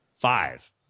Five